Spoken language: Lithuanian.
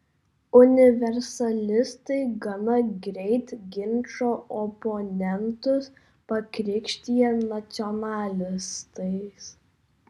universalistai gana greit ginčo oponentus pakrikštija nacionalistais